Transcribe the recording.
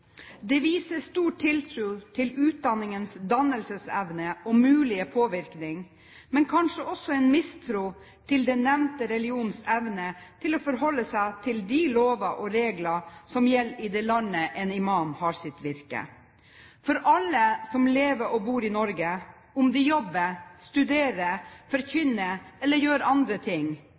Det viser stor tiltro til utdanningens dannelsesevne og mulige påvirkning, men kanskje også en mistro til den nevnte religions evne til å forholde seg til de lover og regler som gjelder i det landet en imam har sitt virke. For alle som lever og bor i Norge, om de jobber, studerer, forkynner eller gjør andre ting: